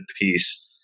piece